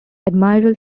admiral